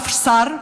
אף שר,